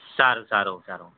સારું સારું સારું